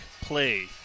play